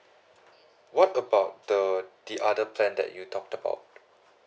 what about the the other plan that you talked about